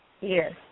yes